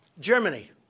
Germany